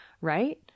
right